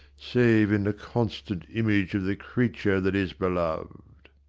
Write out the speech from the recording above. save in the constant image of the creature that is belov'd.